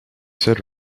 said